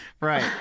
Right